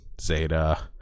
Zeta